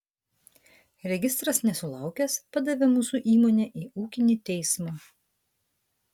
registras nesulaukęs padavė mūsų įmonę į ūkinį teismą